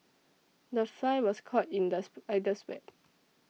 the fly was caught in the spider's web